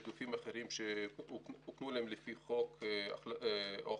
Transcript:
יש גופים אחרים שהוקנו להם על פי חוק או החלטות